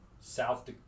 South